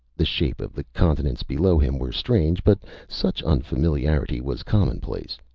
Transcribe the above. the shape of the continents below him were strange, but such unfamiliarity was commonplace.